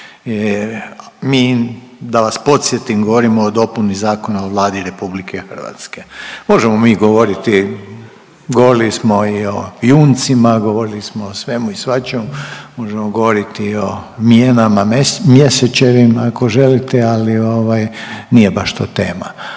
mi da vas podsjetim govorimo o dopuni Zakona o Vladi RH. Možemo mi i govoriti, govorili smo i o juncima, govorili smo o svemu i svačemu, možemo govoriti o mijenama mjesečevim ako želite ali ovaj nije baš to tema.